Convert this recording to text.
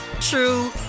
true